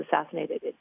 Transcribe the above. assassinated